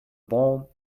bone